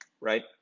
right